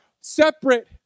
separate